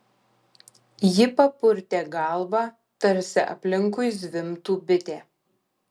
ji papurtė galvą tarsi aplinkui zvimbtų bitė